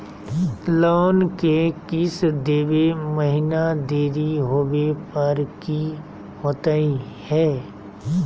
Loan के किस्त देवे महिना देरी होवे पर की होतही हे?